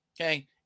okay